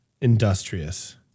industrious